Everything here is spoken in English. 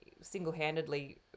single-handedly